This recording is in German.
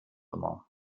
immer